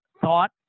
thought